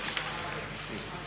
Hvala